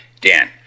Dan